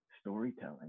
storytelling